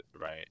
right